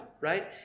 right